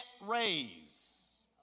raise